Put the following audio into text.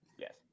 Yes